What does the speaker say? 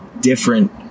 different